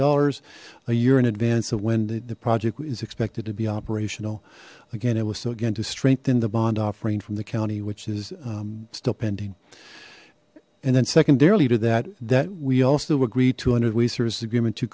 dollars a year in advance of when the project is expected to be operational again it was so again to strengthen the bond offering from the county which is still pending and then secondarily to that that we also agreed to und